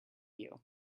you